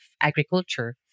agriculture